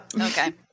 Okay